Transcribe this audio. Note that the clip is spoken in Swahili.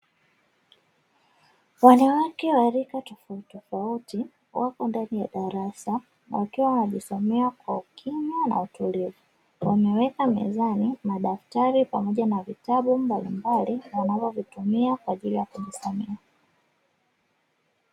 Wanawake wa rika tofautitofauti wapo ndani ya darasa wakiwa wanajisomea kwa ukimya na utulivu, wameweka mezani madaftari pamoja na vitabu mbalimbali wanavyovitumia kwaajili ya kujisomea.